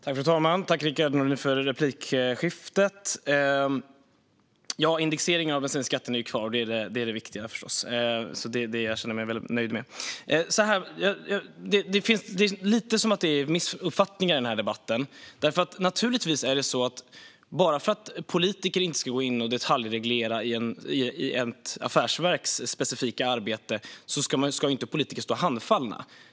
Fru talman! Jag vill tacka Rickard Nordin för replikskiftet. Indexering av bensinskatten finns kvar. Det är förstås det viktiga. Jag känner mig nöjd med det. Det finns lite missuppfattningar i den här debatten. Att politiker inte ska gå in och detaljreglera ett affärsverks specifika arbete betyder inte att politikerna ska stå handfallna.